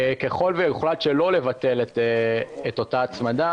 ככל שיוחלט שלא לבטל את אותה הצמדה